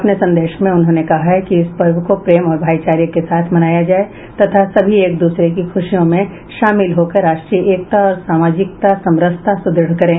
अपने संदेश में उन्होंने कहा है कि इस पर्व को प्रेम और भाईचारे के साथ मनाया जाए तथा सभी एक दूसरे की खुशियों में शामिल होकर राष्ट्रीय एकता और सामाजिक समरसता सुदृढ़ करें